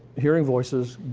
hearing voices.